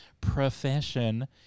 profession